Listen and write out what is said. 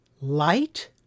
Light